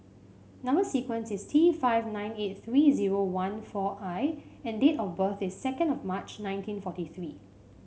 number sequence is T five nine eight three zero one four I and date of birth is second of March nineteen forty three